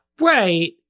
Right